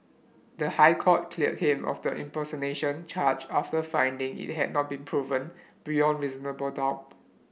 the High Court cleared him of the impersonation charge after finding it had not been proven beyond reasonable doubt